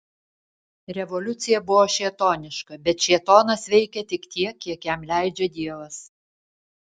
revoliucija buvo šėtoniška bet šėtonas veikia tik tiek kiek jam leidžia dievas